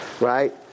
Right